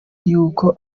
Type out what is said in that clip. y’uko